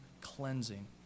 cleansing